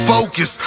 Focus